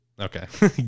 Okay